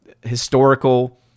historical